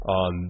on